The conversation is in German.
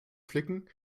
flicken